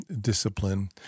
discipline